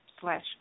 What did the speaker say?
slash